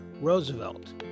Roosevelt